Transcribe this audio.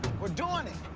we're doing it!